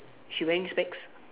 she wearing specs